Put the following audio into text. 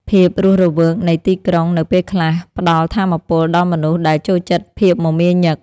ភាពរស់រវើកនៃទីក្រុងនៅពេលខ្លះ ផ្តល់ថាមពលដល់មនុស្សដែលចូលចិត្តភាពមមាញឹក។